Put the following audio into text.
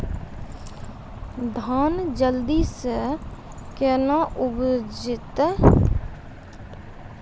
धान जल्दी से के ना उपज तो?